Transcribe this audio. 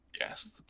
Yes